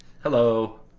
Hello